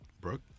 Brooke